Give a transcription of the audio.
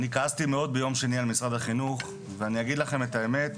אני כעסתי מאוד ביום שני על משרד החינוך ואני אגיד לכם את האמת,